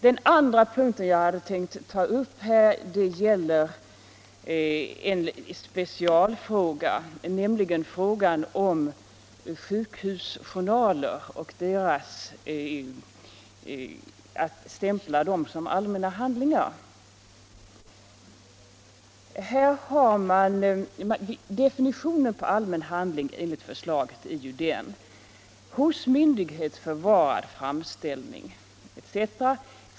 Den andra punkt som jag tänkte ta upp gäller en specialfråga, nämligen frågan om att stämpla sjukhusjournaler som allmän handling. Definitionen på allmän handling enligt förslaget är ju en hos myndighet förvarad framställning etc.